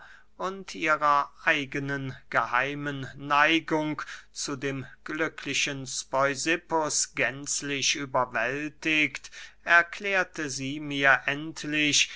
und ihrer eigenen geheimen neigung zu dem glücklichen speusippus gänzlich überwältigt erklärte sie mir endlich